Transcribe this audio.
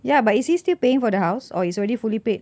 ya but is he still paying for the house or it's already fully paid